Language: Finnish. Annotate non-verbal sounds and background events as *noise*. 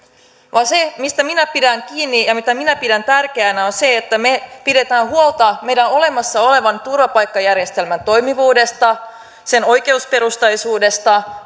se mistä minä pidän kiinni ja mitä minä pidän tärkeänä on se että me pidämme huolta meidän olemassa olevan turvapaikkajärjestelmämme toimivuudesta sen oikeusperusteisuudesta *unintelligible*